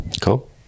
Cool